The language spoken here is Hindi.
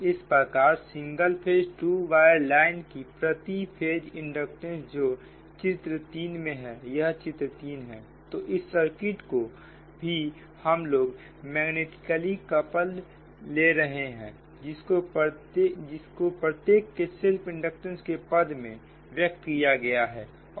इस प्रकार single phase two wire line की प्रति फेज इंडक्टेंस जो चित्र 3 में है यह चित्र तीन है तो इस सर्किट को भी हमलोग मैग्नेटिकली कपल्ड ले रहे हैं जिसको प्रत्येक के सेल्फ इंडक्टेंस के पद में व्यक्त किया गया है